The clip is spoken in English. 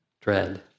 dread